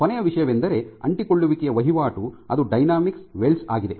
ಕೊನೆಯ ವಿಷಯವೆಂದರೆ ಅಂಟಿಕೊಳ್ಳುವಿಕೆಯ ವಹಿವಾಟು ಅದು ಡೈನಾಮಿಕ್ ವೆಲ್ಡ್ಸ್ ಆಗಿದೆ